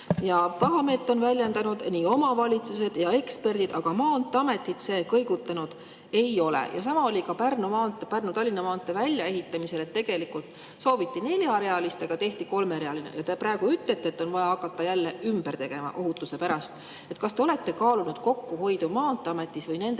Ja pahameelt on väljendanud nii omavalitsused kui ka eksperdid, aga maanteeametit see kõigutanud ei ole. Sama oli Pärnu–Tallinna maantee väljaehitamisel – tegelikult sooviti neljarealist, aga tehti kolmerealine. Ja te praegu ütlete, et on vaja hakata seda jälle ümber tegema, ohutuse pärast. Kas te olete kaalunud kokkuhoidu maanteeametis või nende